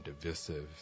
divisive